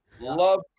Love